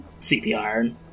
CPR